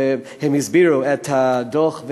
הם הסבירו את הדוח,